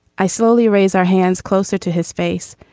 i slowly raise our hands closer to his face,